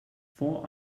four